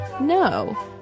no